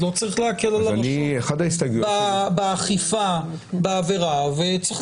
אז לא צריך להקל על הרשות באכיפה בעבירה וצריך